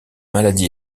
maladie